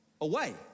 away